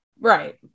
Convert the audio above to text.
Right